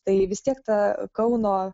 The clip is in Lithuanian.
tai vis tiek ta kauno